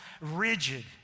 rigid